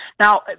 Now